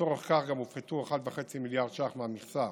לצורך זה גם הופחתו 1.5 מיליארד ש"ח מהמכסה